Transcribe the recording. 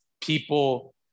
people